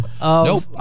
Nope